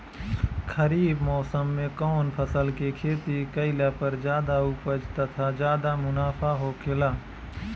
खरीफ़ मौसम में कउन फसल के खेती कइला पर ज्यादा उपज तथा ज्यादा मुनाफा होखेला?